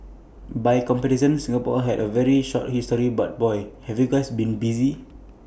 by comparison Singapore has had A very short history but boy have you guys been busy